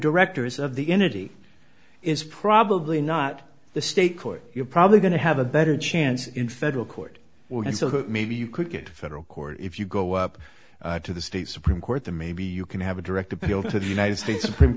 directors of the entity is probably not the state court you're probably going to have a better chance in federal court or and so maybe you could get a federal court if you go up to the state supreme court the maybe you can have a direct appeal to the united states supreme